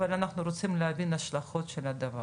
אבל אנחנו רוצים להבין את ההשלכות של הדבר.